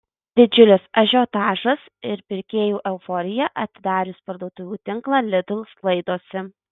didžiulis ažiotažas ir pirkėjų euforija atidarius parduotuvių tinklą lidl sklaidosi